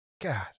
God